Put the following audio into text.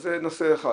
זה נושא אחד,